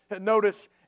Notice